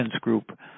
Group